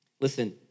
Listen